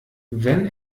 wenn